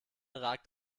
ragt